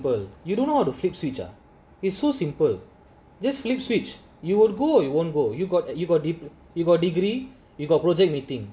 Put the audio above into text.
okay very simple you don't know how to flip sweeter is so simple just flip switch you will go you won't go you got you got you got degree you got project meeting